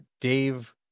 Dave